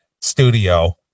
studio